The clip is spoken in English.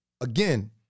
again